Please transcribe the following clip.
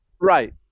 right